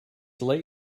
late